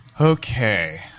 Okay